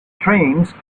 trains